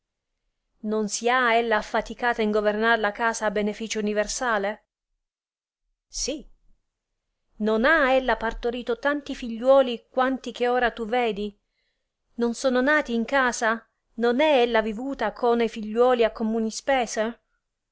non si ha ella affaticata in governar la casa a beneficio universale sì non ha ella partorito tanti figliuoli quanti che ora tu vedi non sono nati in casa non è ella vivuta con e figliuoli a communi spese